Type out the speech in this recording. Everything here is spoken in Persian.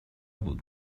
بود